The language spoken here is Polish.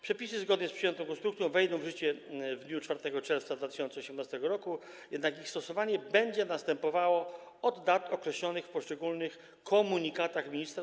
Przepisy zgodnie z przyjętą konstrukcją wejdą w życie w dniu 4 czerwca 2018 r., jednak ich stosowanie będzie następowało od dat określonych w poszczególnych komunikatach ministra.